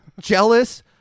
jealous